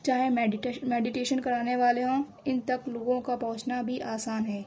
چاہے میڈیٹیش میڈیٹیشن کرانے والے ہوں ان تک لوگوں کا پہنچنا بھی آسان ہے